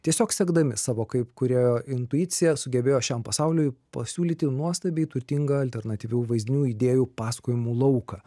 tiesiog sekdami savo kaip kūrėjo intuicija sugebėjo šiam pasauliui pasiūlyti nuostabiai turtingą alternatyvių vaizdinių idėjų pasakojimų lauką